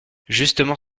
justement